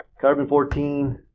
Carbon-14